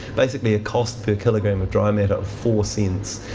basically, a cost per kilogram of dry matter of four cents.